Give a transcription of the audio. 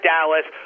Dallas